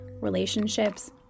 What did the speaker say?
relationships